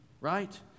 right